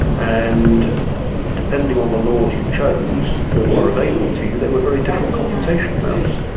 and depending on the laws you chose or were available to you, there were very different compensation amounts.